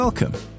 Welcome